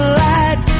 light